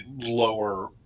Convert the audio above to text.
lower